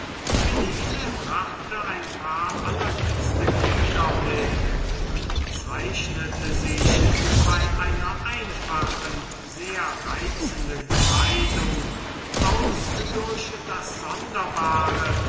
philine brachte ein paar allerliebste kinder mit und zeichnete sich bei einer einfachen sehr reizenden kleidung aus durch das sonderbare